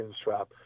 strap